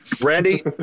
Randy